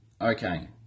Okay